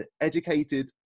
educated